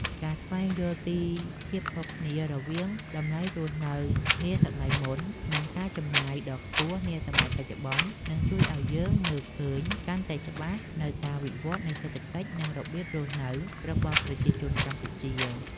ការស្វែងយល់ពីភាពខុសគ្នារវាងតម្លៃរស់នៅនាសម័យមុន និងការចំណាយដ៏ខ្ពស់នាសម័យបច្ចុប្បន្ន នឹងជួយឱ្យយើងមើលឃើញកាន់តែច្បាស់នូវការវិវត្តនៃសេដ្ឋកិច្ច និងរបៀបរស់នៅរបស់ប្រជាជនកម្ពុជា។